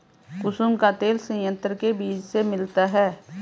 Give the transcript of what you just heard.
कुसुम का तेल संयंत्र के बीज से मिलता है